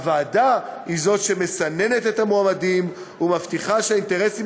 הוועדה היא שמסננת את המועמדים ומבטיחה שהאינטרסים